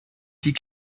die